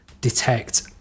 detect